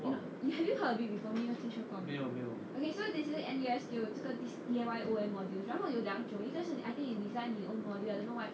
have you heard of it before 没有听说过吗 okay so they say N_U_S 有这个 D_Y_O_M module 然后有两种一个是 I think is design 你 own module I don't know why